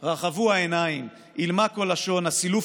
/ רחבו העיניים! אילמה כל לשון! / הסילוף